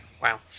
wow